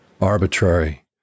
Arbitrary